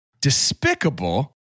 despicable